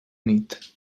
nit